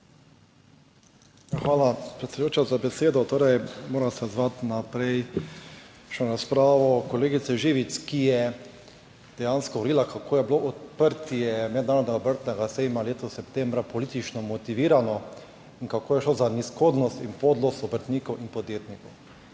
Hvala predsedujoča za besedo. Torej moram se odzvati na prej razpravo kolegice Živec, ki je dejansko govorila, kako je bilo odprtje mednarodnega obrtnega sejma letos septembra politično motivirano in kako je šlo za nizkotnost in podlost obrtnikov in podjetnikov.